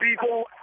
people